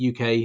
UK